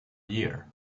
year